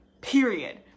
period